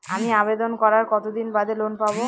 আমি আবেদন করার কতদিন বাদে লোন পাব?